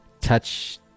touch